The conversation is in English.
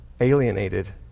alienated